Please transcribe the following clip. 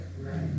Right